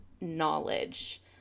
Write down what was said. knowledge